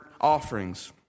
offerings